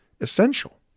essential